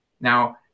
Now